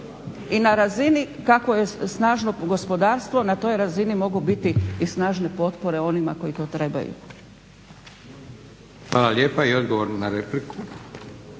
i na razini kako je snažno gospodarstvo na toj razini mogu biti i snažne potpore onima koji to trebaju. **Leko, Josip (SDP)** Hvala lijepa. I odgovor na repliku,